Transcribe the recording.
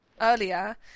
earlier